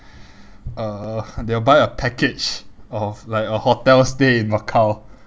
uh they will buy a package of like a hotel stay in macau